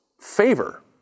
favor